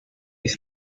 ich